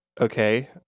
Okay